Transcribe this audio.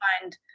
find